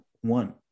one